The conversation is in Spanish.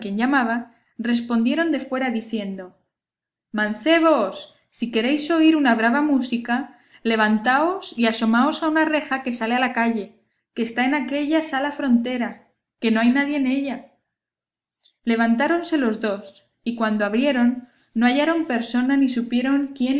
llamaba respondieron de fuera diciendo mancebos si queréis oír una brava música levantaos y asomaos a una reja que sale a la calle que está en aquella sala frontera que no hay nadie en ella levantáronse los dos y cuando abrieron no hallaron persona ni supieron